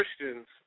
Christians